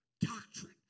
doctrine